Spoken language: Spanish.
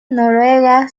noruega